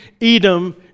Edom